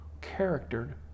charactered